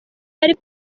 ari